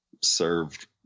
served